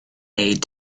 aid